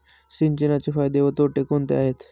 सिंचनाचे फायदे व तोटे कोणते आहेत?